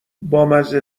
بامزه